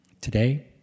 Today